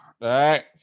right